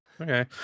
okay